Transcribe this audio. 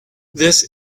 this